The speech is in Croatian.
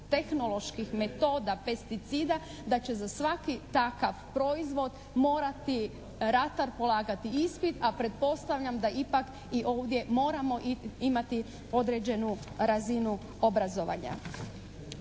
tehnoloških metoda, pesticida da će za svaki takav proizvod morati ratar polagati ispit, a pretpostavljam da ipak i ovdje moramo imati određenu razinu obrazovanja.